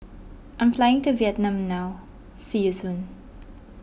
I am flying to Vietnam now see you soon